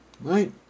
Right